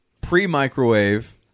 pre-microwave